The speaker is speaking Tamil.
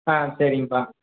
ஆ சரிங்கப்பா